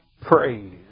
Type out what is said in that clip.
praise